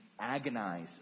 agonize